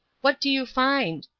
what do you find?